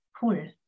pull